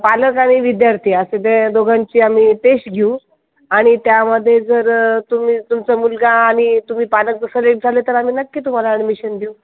पालक आणि विद्यार्थी असं ते दोघांची आम्ही टेस्ट घेऊ आणि त्यामध्ये जर तुम्ही तुमचं मुलगा आणि तुम्ही पालक जर सलेक्ट झाले तर आम्ही नक्की तुम्हाला ॲडमिशन देऊ